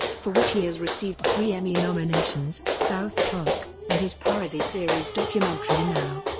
for which he has received three emmy nominations, south park, and his parody series documentary now.